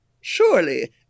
Surely